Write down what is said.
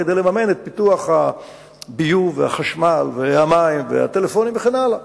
כדי לממן את פיתוח הביוב והחשמל והמים והטלפונים וכן הלאה,